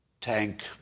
tank